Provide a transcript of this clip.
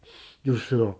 就是咯